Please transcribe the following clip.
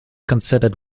considered